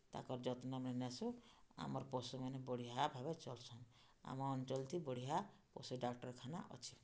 ତାଙ୍କର୍ ଯତ୍ନ ଆମେ ନେସୁଁ ଆମର୍ ପଶୁମାନେ ବଢ଼ିଆ ଭାବେ ଚଲ୍ସନ୍ ଆମର୍ ଅଞ୍ଚଲ୍ଥି ବଢ଼ିଆ ପଶୁ ଡାକ୍ତର୍ଖାନା ଅଛେ